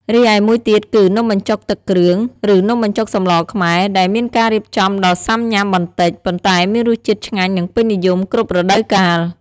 រីឯមួយទៀតគឺ នំបញ្ចុកទឹកគ្រឿង ឬនំបញ្ចុកសម្លរខ្មែរ ដែលមានការរៀបចំដ៏សាំញ៉ាំបន្តិច ប៉ុន្តែមានរសជាតិឆ្ងាញ់និងពេញនិយមគ្រប់រដូវកាល។